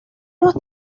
los